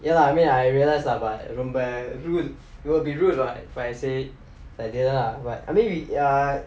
ya lah I mean I realise lah but ரொம்ப:romba rude it will be rude what if I say like that lah but I mean we are